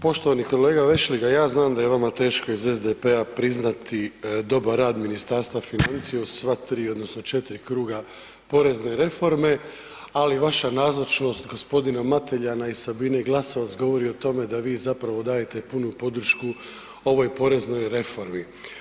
Poštovani kolega VEšligaj ja znam da je vama teško iz SDP-a priznati dobar rad Ministarstva financija uz sva tri odnosno četiri kruga porezne reforme, ali vaša nazočnost gospodine Mateljana i Sabine Glasovac govori o tome da vi dajete punu podršku ovoj poreznoj reformi.